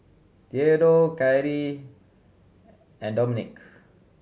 Theadore Khari and Dominik